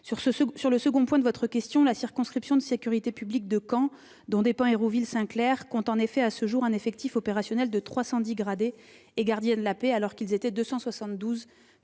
Sur le second point de votre question, la circonscription de sécurité publique de Caen, dont dépend Hérouville-Saint-Clair, compte en effet à ce jour un effectif opérationnel de 310 gradés et gardiens de la paix, alors qu'ils étaient 272 à la fin de